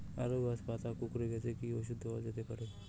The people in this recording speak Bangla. আলু গাছের পাতা কুকরে গেছে কি ঔষধ দেওয়া যেতে পারে?